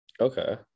Okay